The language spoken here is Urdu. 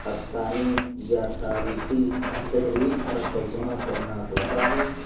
افسانے یا تاریخی تحریر کا ترجمہ کرنا ہوتا ہے